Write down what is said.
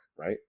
right